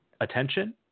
attention